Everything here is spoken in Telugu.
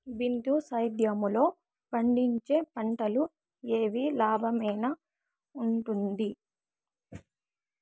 బిందు సేద్యము లో పండించే పంటలు ఏవి లాభమేనా వుంటుంది?